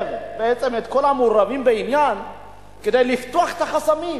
לחייב את כל המעורבים בעניין לפתוח את החסמים?